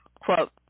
Quote